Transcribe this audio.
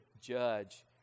judge